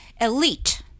elite